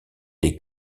les